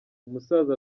umusaza